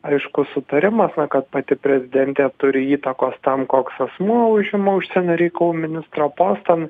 aiškus sutarimas kad pati prezidentė turi įtakos tam koks asmuo užima užsienio reikalų ministro postą